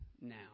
now